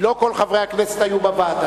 כי לא כל חברי הכנסת היו בוועדה.